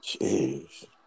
Jeez